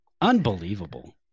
Unbelievable